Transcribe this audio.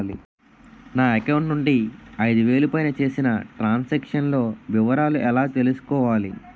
నా అకౌంట్ నుండి ఐదు వేలు పైన చేసిన త్రం సాంక్షన్ లో వివరాలు ఎలా తెలుసుకోవాలి?